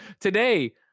today